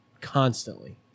constantly